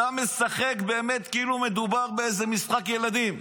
אתה משחק באמת כאילו מדובר באיזה משחק ילדים.